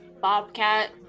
bobcat